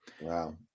Wow